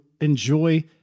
enjoy